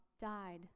died